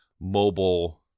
mobile